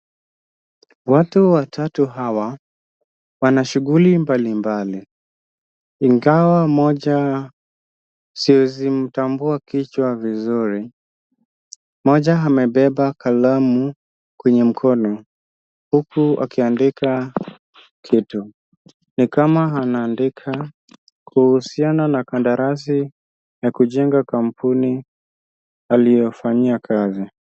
Watu watatu hawa wana shughuli mbalimbali, ingawa mmoja siwezi mtambua kichwa vizuri. Mmoja amebeba kalamu kwenye mkono huku akiandika kitu. Ni kama anaandika kuhusiana na kandarasi ya kujenga kampuni aliyofanyia kazi.